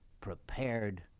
prepared